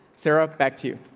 sarah. back to you.